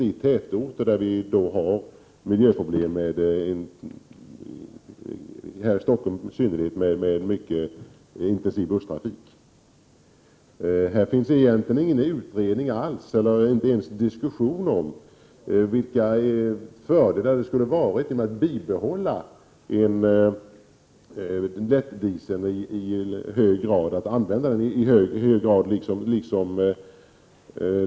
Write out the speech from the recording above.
I tätorterna finns det ju miljöproblem, i synnerhet i Stockholm på grund av intensiv busstrafik. Här finns det egentligen ingen utredning — det har inte ens förts någon diskussion — om fördelarna med att i hög grad använda lättdiesel.